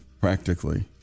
practically